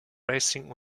racing